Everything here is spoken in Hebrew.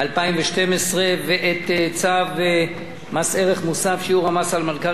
וצו מס ערך מוסף (שיעור המס על מלכ"רים ומוסדות כספיים) (תיקון),